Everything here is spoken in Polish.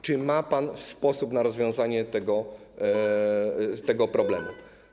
Czy ma pan sposób na rozwiązanie tego problemu?